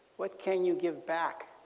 what can you give back